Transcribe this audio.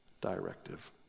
directive